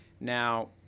Now